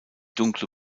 dunkle